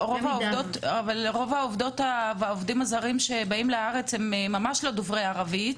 אבל רוב העובדות והעובדים הזרים שבאים לארץ הם ממש לא דוברי ערבית,